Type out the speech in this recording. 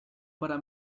para